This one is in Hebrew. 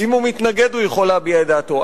אם הוא מתנגד הוא יכול להביע את דעתו.